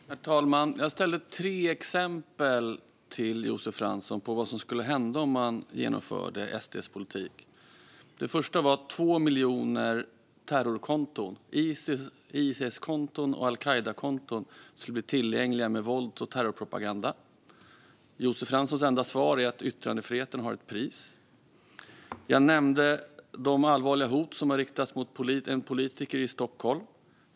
Herr talman! Jag gav tre exempel till Josef Fransson på vad som skulle hända om man genomförde SD:s politik. Det första var att 2 miljoner terrorkonton - IS-konton och al-Qaida-konton - med vålds och terrorpropaganda skulle bli tillgängliga. Josef Franssons enda svar är att yttrandefriheten har ett pris. Jag nämnde de allvarliga hot som har riktats mot en politiker i Stockholm.